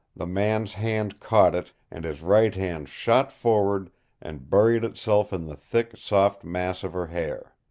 the man's hand caught it, and his right hand shot forward and buried itself in the thick, soft mass of her hair.